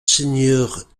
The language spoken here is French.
seigneur